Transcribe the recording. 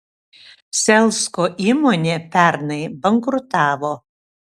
selsko įmonė pernai bankrutavo